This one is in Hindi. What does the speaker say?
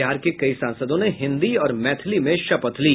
बिहार के कई सांसदों ने हिन्दी और मैथिली में शपथ ली